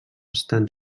estan